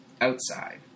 Outside